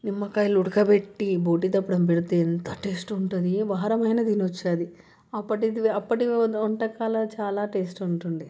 నిమ్మకాయలు ఉడకబెట్టి బోటీ దప్పడం పెడితే ఎంత టేస్ట్ ఉంటుంది వారమైన తినవచ్చు అది అప్పటి అప్పటి వంటకాలలో చాలా టేస్ట్ ఉండేది